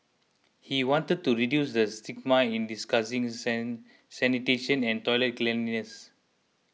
he wanted to reduce the stigma in discussing sin sanitation and toilet cleanliness